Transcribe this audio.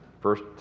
first